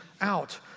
out